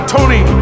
Tony